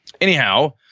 Anyhow